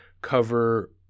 Cover